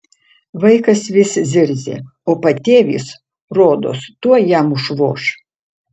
vaikas vis zirzė o patėvis rodos tuoj jam užvoš